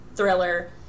thriller